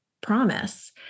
promise